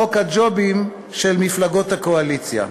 חוק הג'ובים של מפלגות הקואליציה.